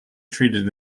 treated